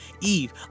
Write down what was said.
Eve